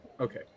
Okay